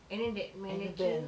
and then that mannequin